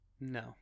No